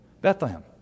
Bethlehem